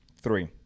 three